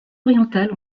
orientales